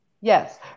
yes